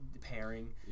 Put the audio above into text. pairing